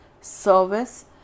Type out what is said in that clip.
service